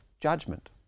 judgment